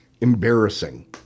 embarrassing